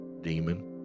demon